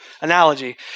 analogy